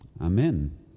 Amen